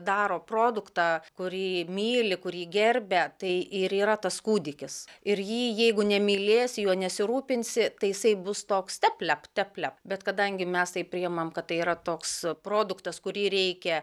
daro produktą kurį myli kurį gerbia tai ir yra tas kūdikis ir jį jeigu nemylėsi juo nesirūpinsi tai jisai bus toks tep lept tep lept bet kadangi mes tai priimam kad tai yra toks produktas kurį reikia